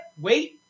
Wait